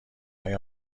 های